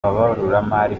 ababaruramari